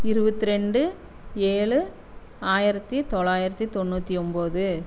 இருபத்ரெண்டு ஏழு ஆயிரத்தி தொள்ளாயிரத்தி தொண்ணூற்றி ஒம்போது